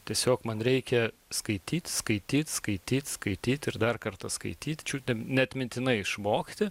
tiesiog man reikia skaityt skaityt skaityt skaityt ir dar kartą skaityt čiut ne atmintinai išmokti